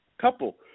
couple